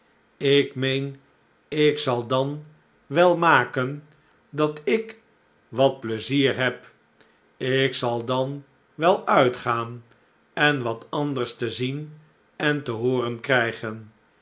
ik meen ik zal dan wel maken clat ik wat pleizier heb ik zal dan wel uitgaan en wat anders te zien en te hooren krijgen